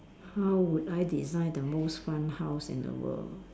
how would I design the most fun house in the world